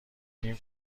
نیم